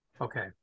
Okay